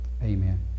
Amen